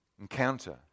Encounter